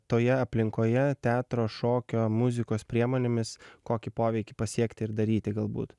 toje aplinkoje teatro šokio muzikos priemonėmis kokį poveikį pasiekti ir daryti galbūt